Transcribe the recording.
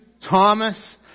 Thomas